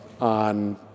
on